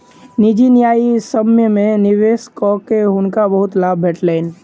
निजी न्यायसम्य में निवेश कअ के हुनका बहुत लाभ भेटलैन